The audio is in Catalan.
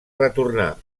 retornar